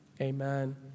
amen